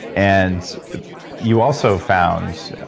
and you also found